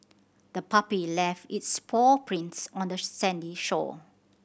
the puppy left its paw prints on the sandy shore